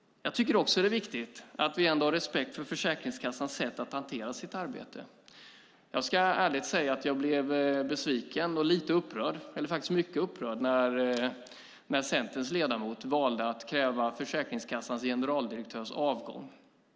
Jag tycker också att det är viktigt att vi har respekt för Försäkringskassans sätt att hantera sitt arbete. Jag ska ärligt säga att jag blev besviken och faktiskt mycket upprörd när Centerns ledamot valde att kräva Försäkringskassans generaldirektörs avgång.